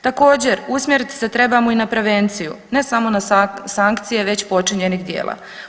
Također usmjeriti se trebamo i na prevenciju ne samo na sankcije već počinjenih djela.